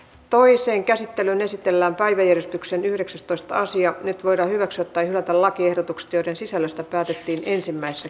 toiseen käsittelyyn esitellään päiväjärjestyksen yhdeksästoista sija nyt voida hyväksyä tai hylätä lakiehdotukset joiden asian käsittely päättyi